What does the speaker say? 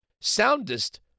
soundest